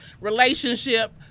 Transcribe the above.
relationship